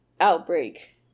outbreak